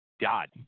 God